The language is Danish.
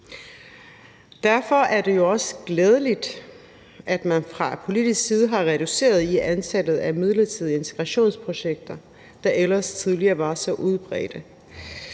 Derfor er det jo også glædeligt, at man fra politisk side har reduceret antallet af midlertidige integrationsprojekter, der ellers tidligere var så udbredte.